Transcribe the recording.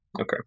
Okay